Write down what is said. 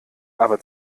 aber